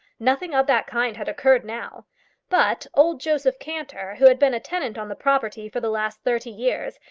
nothing of that kind had occurred now but old joseph cantor, who had been a tenant on the property for the last thirty years,